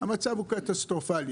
המצב הוא קטסטרופלי.